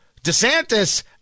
DeSantis